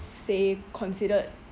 say considered